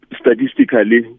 statistically